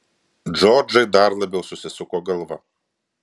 džordžai dar labiau susisuko galva